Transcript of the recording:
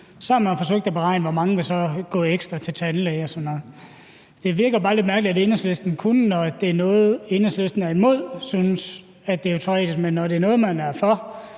Så har man forsøgt at beregne, hvor mange der vil gå ekstra til tandlæge og sådan noget. Det virker bare lidt mærkeligt, at Enhedslisten kun, når det er noget, Enhedslisten er imod, synes, at det er teoretisk, men at det, når det er noget, man er for